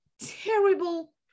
terrible